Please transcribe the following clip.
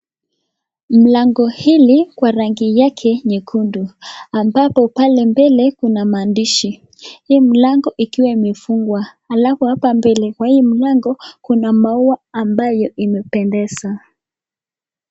Mlango hili kwa rangi yake nyekundu ambapo pale mbele kuna maandishi hii mlango ikiwa imefungwa alfu hapa mbeleni kwa hii mlango kuna maua ambaye imependeza.